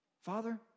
Father